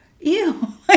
ew